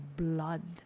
blood